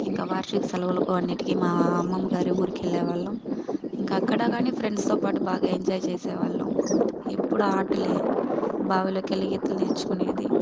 ఇంకా వార్షిక సెలవులకు అన్నిటికి మా అమ్మమ్మగారి ఊరికెళ్లే వాళ్ళం ఇంకా అక్కడ కానీ ఫ్రెండ్స్తో పాటు బాగా ఎంజాయ్ చేసేవాళ్లం ఎప్పుడు ఆటలే బావిలోకెళ్ళి ఈత నేర్చుకునేది